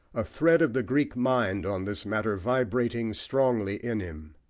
a thread of the greek mind on this matter vibrating strongly in him.